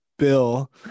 bill